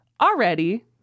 already